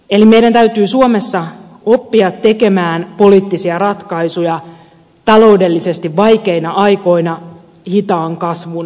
eli meidän täytyy suomessa oppia tekemään poliittisia ratkaisuja taloudellisesti vaikeina aikoina hitaan kasvun aikoina